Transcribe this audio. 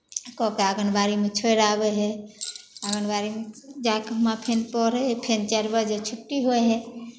कऽ कऽ आङ्गनबाड़ीमे छोड़ि आबै हइ आङ्गनबाड़ी जा कऽ हुआँ फेर पढ़ै हइ फेर चारि बजे छुट्टी होइ हइ